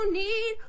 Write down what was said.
need